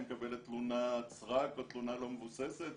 היא מקבלת תלונת סרק והתלונה לא מבוססת,